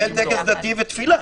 טקס דתי ותפילה